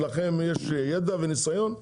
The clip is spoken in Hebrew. לכם יש ידע וניסיון,